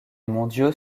mondiaux